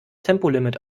tempolimit